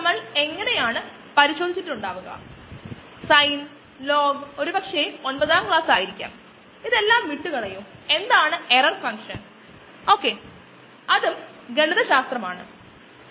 എന്താണ് സംഭവിക്കുന്നത് മറ്റ് ഓർഗാനിസം വരുകയാണെകിൽ ആ ഓർഗാനിസത്തിനു താൽപ്പര്യമുള്ള മറ്റു ഓർഗാനിസത്തിനേക്കാൾ വളരെ വേഗത്തിൽ വളരാൻ കഴിയും മാത്രമല്ല ലഭ്യമായ ഭക്ഷണത്തിനായി ഓർഗാനിസം മത്സരിക്കുകയും ബയോ റിയാക്ടർ പരാജയപ്പെടുകയും ചെയ്യും